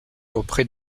auprès